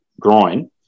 groin